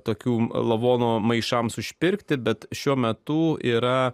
tokių lavonų maišams užpirkti bet šiuo metu yra